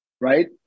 Right